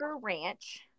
ranch